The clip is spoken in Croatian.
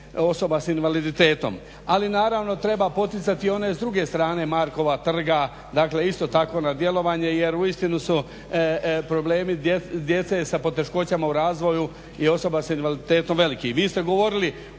osoba sa invaliditetom. Ali naravno treba poticati i one s druge strane Markova trga, dakle isto tako na djelovanje, jer uistinu su problemi djece sa poteškoćama u razvoju i osoba sa invaliditetom veliki.